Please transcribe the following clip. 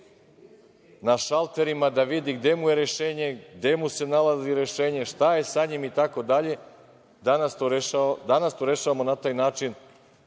na šalterima da vidi gde mu je rešenje, gde mu se nalazi rešenje, šta je sa tim itd. Danas to rešavamo na taj način